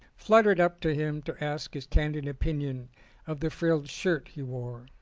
fluttered up to him to ask his candid opinion of the frilled shirt he wore.